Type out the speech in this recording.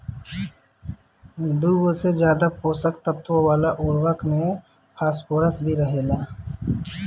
दुगो से ज्यादा पोषक तत्व वाला उर्वरक में फॉस्फोरस भी रहेला